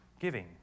Giving